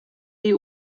jej